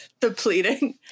depleting